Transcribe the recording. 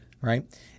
right